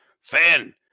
Fan